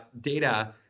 data